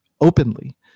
openly